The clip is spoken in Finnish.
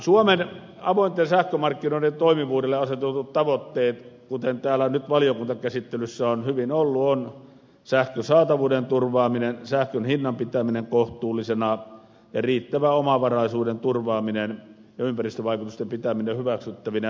suomen avointen sähkömarkkinoiden toimivuudelle asetetut tavoitteet kuten täällä nyt valiokuntakäsittelyssä on hyvin ollut esillä ovat sähkön saatavuuden turvaaminen sähkön hinnan pitäminen kohtuullisena riittävän omavaraisuuden turvaaminen ja ympäristövaikutusten pitäminen hyväksyttävinä